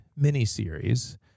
miniseries